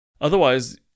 Otherwise